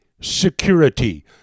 Security